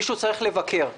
מישהו צריך לבקר.